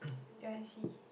ya I see